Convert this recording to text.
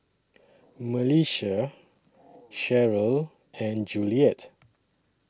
Melissia Cheryle and Juliet